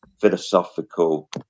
philosophical